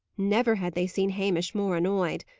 never had they seen hamish more annoyed.